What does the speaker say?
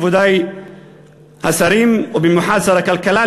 מכובדי השרים ובמיוחד שר הכלכלה,